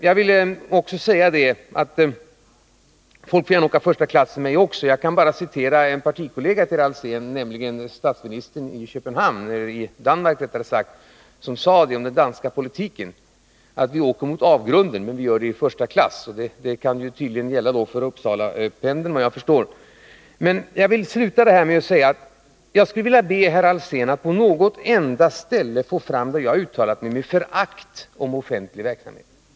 Det går inte riktigt ihop. Folk får gärna åka första klass även för mig. Jag kan bara citera en partikollega till herr Alsén, nämligen statsministern i Danmark, som om den danska politiken sade följande: Vi åker mot avgrunden, men vi gör det i första klass. Det kan tydligen gälla även för Uppsalapendeln. Jag vill avsluta med att be herr Alsén redovisa ett enda ställe där jag har uttalat mig med förakt om offentlig verksamhet.